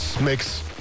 Makes